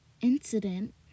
incident